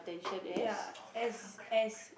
ya as as